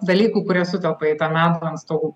dalykų kurie sutelpa į tą medų ant stogų